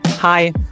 Hi